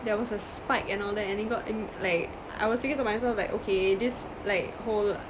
there was a spike and all that and it got mm like I was thinking to myself like okay this like whole ah